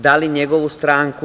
Da li njegovu stranku?